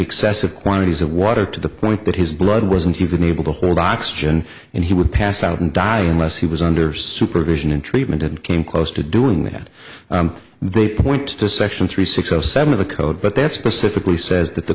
excessive quantities of water to the point that his blood wasn't even able to hold oxygen and he would pass out and die unless he was under supervision and treatment and came close to doing that they point to section three six zero seven of the code but that's specifically says that the